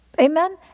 Amen